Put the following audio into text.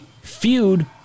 feud